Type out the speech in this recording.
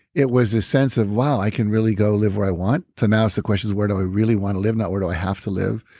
it was a sense of, wow! i can really go live where i want, to now ask the questions, where do we really want to live now? where i have to live?